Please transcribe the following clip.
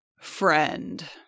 Friend